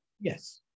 Yes